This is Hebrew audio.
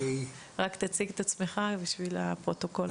תציג את עצמך, בשביל הפרוטוקול.